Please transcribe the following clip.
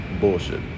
bullshit